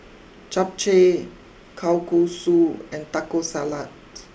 Japchae Kalguksu and Taco Salad